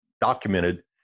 documented